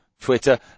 Twitter